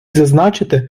зазначити